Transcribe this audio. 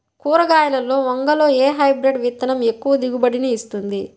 కూరగాయలలో వంగలో ఏ హైబ్రిడ్ విత్తనం ఎక్కువ దిగుబడిని ఇస్తుంది?